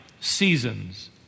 seasons